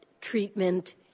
treatment